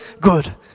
good